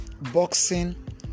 boxing